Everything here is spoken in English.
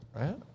Right